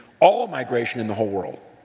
all migration in the whole world,